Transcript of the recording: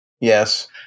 Yes